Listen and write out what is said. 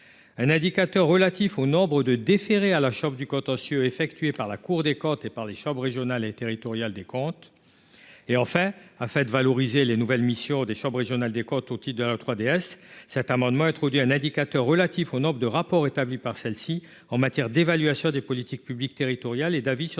indicateur a trait au nombre de déférés à la chambre du contentieux effectués par la Cour des comptes et par les chambres régionales et territoriales des comptes. Enfin, afin de valoriser les nouvelles missions des chambres régionales des comptes créées par la loi 3DS, cet amendement tend à introduire un quatrième indicateur relatif au nombre de rapports établis par celles-ci en matière d'évaluation des politiques publiques territoriales et d'avis sur les